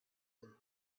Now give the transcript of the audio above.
with